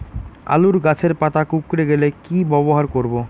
আলুর গাছের পাতা কুকরে গেলে কি ব্যবহার করব?